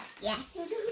Yes